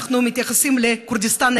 אנחנו מתייחסים לכורדיסטן,